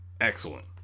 excellent